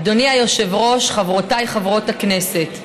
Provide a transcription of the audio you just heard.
אדוני היושב-ראש, חברותיי חברות הכנסת,